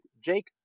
Jake